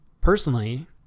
Personally